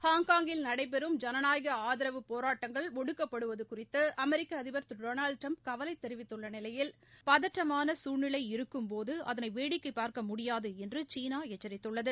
ஹாங்காங்கில் நடைபெறும் ஜனநாயக ஆதரவு போராட்டங்கள் ஒடுக்கப்படுவது குறித்து அமெரிக்க அதிபர் திரு டொனால்டு ட்டிரம்ப் கவலை தெரிவித்துள்ள நிலையில் பதற்றமான சூழ்நிலை இருக்கும்போது அதனை வேடிக்கைப் பார்க்க முடியாது என்று சீனா எச்சித்துள்ளது